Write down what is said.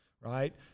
right